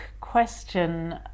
question